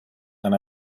and